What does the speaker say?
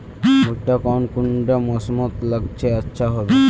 भुट्टा कौन कुंडा मोसमोत लगले अच्छा होबे?